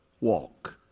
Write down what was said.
walk